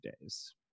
days